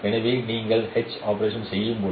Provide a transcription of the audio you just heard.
எனவே நீங்கள் H operation செய்யும்போது